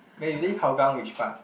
where you live Hougang which part